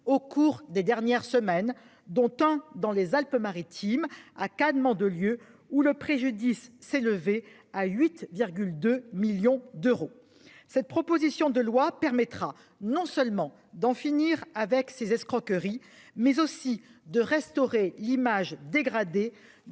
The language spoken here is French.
cours des dernières semaines, dont un dans les Alpes-Maritimes à Cannes, Mandelieu où le préjudice s'élever à 8. 2 millions d'euros. Cette proposition de loi permettra non seulement d'en finir avec ces escroqueries mais aussi de restaurer l'image dégradée du